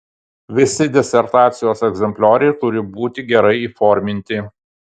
visi disertacijos egzemplioriai turi būti gerai įforminti